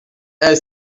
elle